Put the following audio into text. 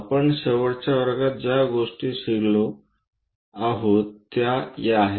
आपण शेवटच्या वर्गात ज्या गोष्टी शिकलो आहोत त्या या आहेत